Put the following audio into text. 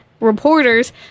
reporters